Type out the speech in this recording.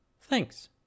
Thanks